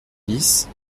dix